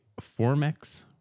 Formex